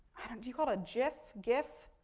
do you call it a jiff, giff,